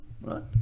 Right